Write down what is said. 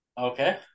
Okay